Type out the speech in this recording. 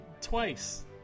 twice